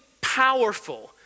powerful